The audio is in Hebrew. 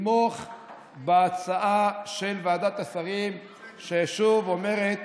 לתמוך בהצעה של ועדת השרים שאומרת